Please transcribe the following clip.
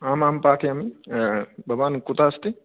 आम् आं पाठयामि भवान् कुतः अस्ति